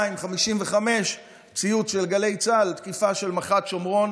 ב-22:55 ציוץ של גלי צה"ל: תקיפה של מח"ט שומרון